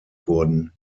wurden